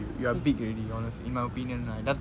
you're big already honestly in my opinion right that's